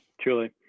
truly